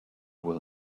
will